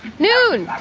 noon!